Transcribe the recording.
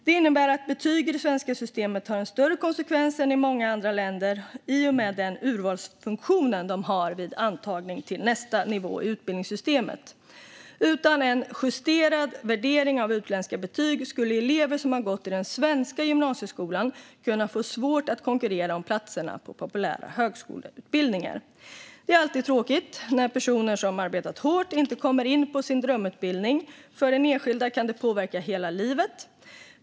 Det innebär att betyg i det svenska systemet har mycket större konsekvenser än i många andra länder i och med den urvalsfunktion de har vid antagningen till nästa nivå i utbildningssystemet. Utan en justerad värdering av utländska betyg skulle elever som gått i den svenska gymnasieskolan kunna få svårt att konkurrera om platserna på populära högskoleutbildningar. Det är alltid tråkigt när personer som arbetat hårt inte kommer in på sin drömutbildning. För den enskilda kan det påverka hela livet.